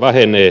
vähenee